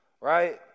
right